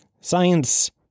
Science